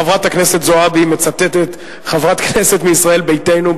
חברת הכנסת זועבי מצטטת חברת כנסת מישראל ביתנו.